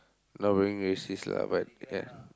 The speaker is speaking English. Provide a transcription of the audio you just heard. not being racist lah but ya